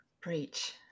Preach